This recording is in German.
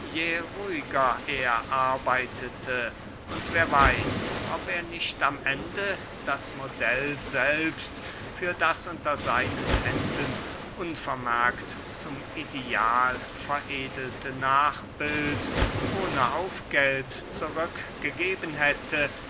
ruhiger er arbeitete und wer weiß ob er nicht am ende das modell selbst für das unter seinen händen unvermerkt zum ideal veredelte nachbild ohne aufgeld zurück gegeben hätte